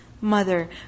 mother